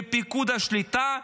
בפיקוד השליטה.